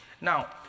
Now